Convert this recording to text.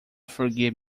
forgive